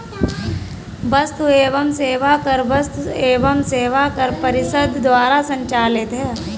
वस्तु एवं सेवा कर वस्तु एवं सेवा कर परिषद द्वारा संचालित है